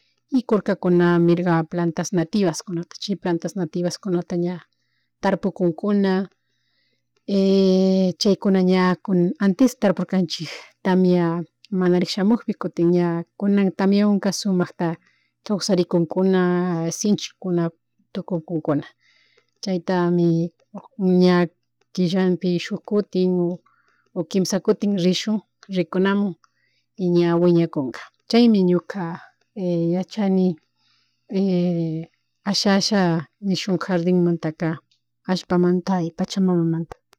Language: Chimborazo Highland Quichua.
Y kurkakuna mirga plantas nativaskunata, chay plantas nativaskuna ña tarpukunkuna chaykuna ña (-) antes tarpukanchik tamia manarik shamukpi kutin ña kunaka tamiawan sumakta kawsarikunkuna shinchikuna tukunkunkuna chaytami ña killanpi shuk kutin o kinsha kutin rishun rikunamuin y ña wiñakunga, chaymi ñuka yachani asha, asha nishuk jardinmantaka allapamanta y pachamamamanta.